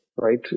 right